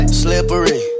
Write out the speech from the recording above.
slippery